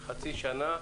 חצי שנה,